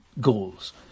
goals